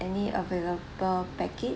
any available package